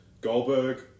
Goldberg